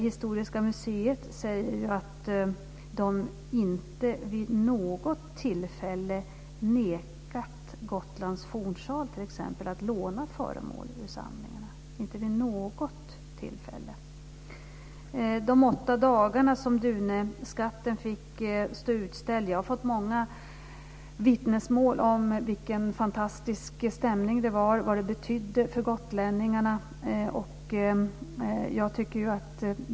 Historiska museet säger att de inte vid något tillfälle nekat Gotlands fornsal att låna föremål ur samlingarna. Jag har fått många vittnesmål om den fantastiska stämningen och betydelsen för gotlänningarna av de åtta dagar som Duneskatten var utställd.